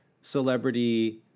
celebrity